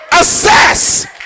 assess